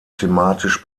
thematisch